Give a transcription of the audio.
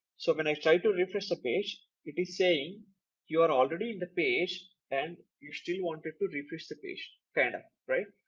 so when i try to refresh the page it is saying you are already in the page and you still wanted to refresh the page? kind of. right.